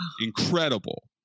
incredible